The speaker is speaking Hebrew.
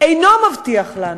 אינו מבטיח לנו.